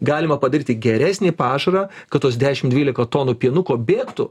galima padaryti geresnį pašarą kad tos dešimt dvylika tonų pienuko bėgtų